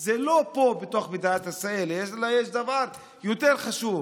הוא לא פה בתוך מדינת ישראל, יש דבר יותר חשוב: